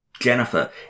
Jennifer